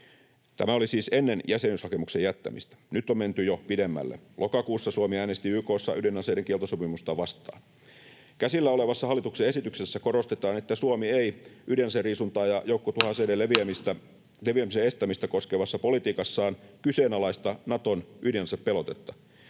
Tämä oli siis ennen jäsenyyshakemuksen jättämistä. Nyt on menty jo pidemmälle. Lokakuussa Suomi äänesti YK:ssa ydinaseiden kieltosopimusta vastaan. Käsillä olevassa hallituksen esityksessä korostetaan, että Suomi ei ydinaseriisuntaa ja joukkotuhoaseiden leviämisen estämistä koskevassa politiikassaan kyseenalaista Naton ydinasepelotetta.